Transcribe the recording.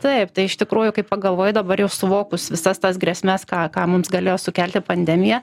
taip tai iš tikrųjų kai pagalvoji dabar jau suvokus visas tas grėsmes ką ką mums galėjo sukelti pandemija